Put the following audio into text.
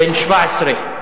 בן 17,